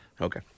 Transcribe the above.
Okay